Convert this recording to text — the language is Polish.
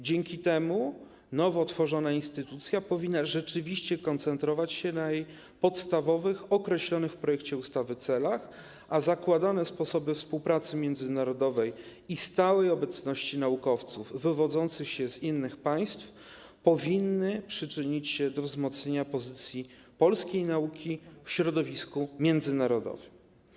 Dzięki temu nowo utworzona instytucja powinna rzeczywiście koncentrować się na podstawowych, określonych w projekcie ustawy celach, a zakładane sposoby współpracy międzynarodowej i stała obecność naukowców wywodzących się z innych państw powinny przyczynić się do wzmocnienia pozycji polskiej nauki w środowisku międzynarodowym.